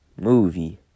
movie